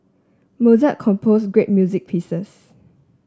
Mozart compose great music pieces